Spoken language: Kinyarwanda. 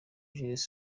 jules